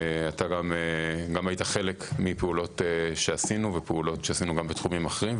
וגם אתה היית חלק מפעולות שעשינו ופעולות שעשינו גם בתחומים אחרים,